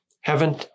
Heaven